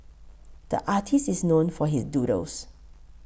the artist is known for his doodles